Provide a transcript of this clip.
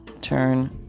Turn